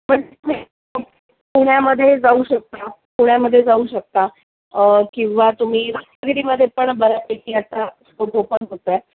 पुण्यामध्ये जाऊ शकता पुण्यामध्ये जाऊ शकता किंवा तुम्ही मध्ये पण बऱ्यापैकी आता स्कोप ओपन होतो आहे